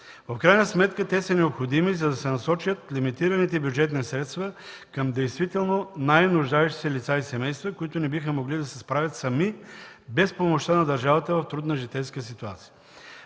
В крайна сметка те са необходими, за да се насочат лимитираните бюджетни средства към действително най нуждаещите се лица и семейства, които не биха могли да се справят сами без помощта на държавата в трудна житейска ситуация.